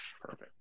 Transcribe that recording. Perfect